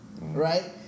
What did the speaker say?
right